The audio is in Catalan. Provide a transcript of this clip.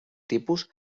tipus